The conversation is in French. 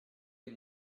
les